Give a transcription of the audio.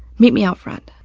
meet me out front.